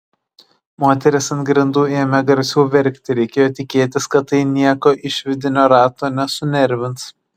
moteris ant grindų ėmė garsiau verkti reikėjo tikėtis kad tai nieko iš vidinio rato nesunervins